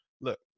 look